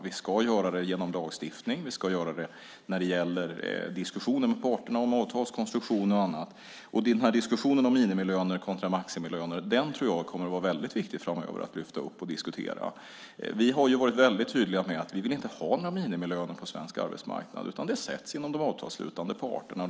Vi ska göra det genom lagstiftning och diskussioner med parterna om avtalskonstruktion och annat. Diskussionen om minimilöner kontra maximilöner kommer att vara väldigt viktig att lyfta upp framöver. Vi har varit väldigt tydliga med att vi inte vill ha några minimilöner på svensk arbetsmarknad, utan det bestäms av de avtalsslutande parterna.